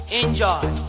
enjoy